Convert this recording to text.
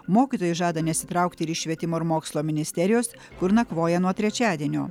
mokytojai žada nesitraukti iš švietimo ir mokslo ministerijos kur nakvoja nuo trečiadienio